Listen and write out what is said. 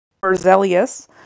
Berzelius